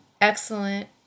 excellent